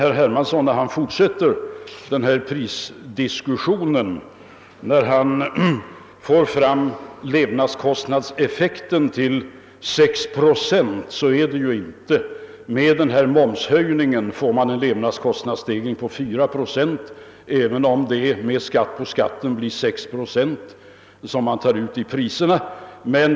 Med anledning av att han fortsätter prisdiskussionen och får fram levnadskostnadseffekten till 6 procent vill jag säga, att det inte är riktigt. Med momshöjningen får man en levnadskostnadsstegring på 4 procent, även om det med skatt på skatten blir 6 procent som man tar ut i priserna.